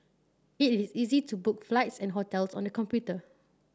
it is easy to book flights and hotels on the computer